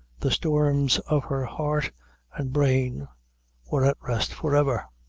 the storms of her heart and brain were at rest forever.